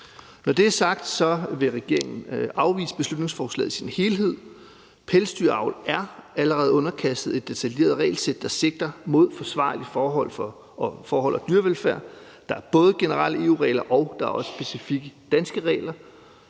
Når det er sagt, vil regeringen afvise beslutningsforslaget i sin helhed. Pelsdyravl er allerede underkastet et detaljeret regelsæt, der sigter mod forsvarlige forhold og dyrevelfærd. Der er både generelle EU-regler og specifikke danske regler.